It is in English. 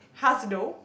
though